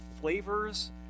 flavors